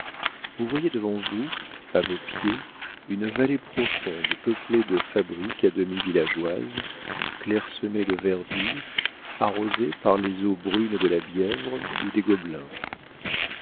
vous voyez devant vous à vos pieds une vallée profonde peuplée de fabriques à demi villageoises clair semée de verdure arrosée par les eaux brunes de la bièvre ou des gobelins